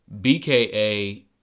bka